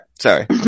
Sorry